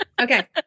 Okay